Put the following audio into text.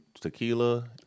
tequila